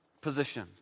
position